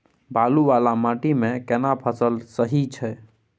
बालू वाला माटी मे केना फसल सही छै?